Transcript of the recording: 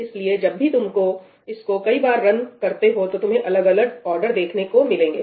इसलिए जब भी तुम इसको कई बार रन करते हो तो तुम्हें अलग अलग आर्डर देखने को मिलेंगे